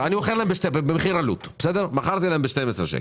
אני מוכר להם במחיר עלות, ב-12 שקלים.